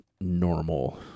normal